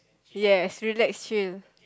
yes relax chill